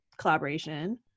collaboration